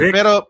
Pero